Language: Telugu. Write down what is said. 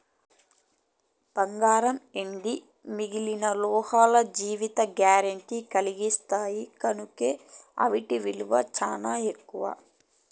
బంగారం, ఎండి మిగిలిన లోహాలు జీవిత గారెంటీ కలిగిన్నాయి కనుకే ఆటి ఇలువ సానా ఎక్కువ